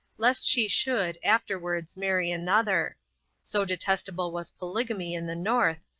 lest she should, afterwards marry another so detestable was polygamy in the north,